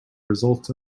results